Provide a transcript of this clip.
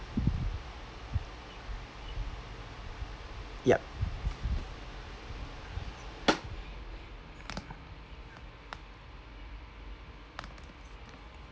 yup